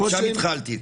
משם התחלתי.